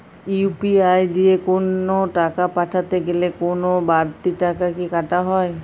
UPI দিয়ে কোন টাকা পাঠাতে গেলে কোন বারতি টাকা কি কাটা হয়?